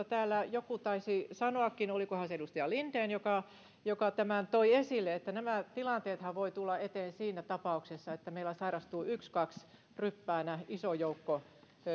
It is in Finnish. täällä joku taisi sanoakin olikohan se edustaja linden joka joka tämän toi esille että nämä tilanteethan voivat tulla eteen siinä tapauksessa että meillä sairastuu ykskaks ryppäänä iso joukko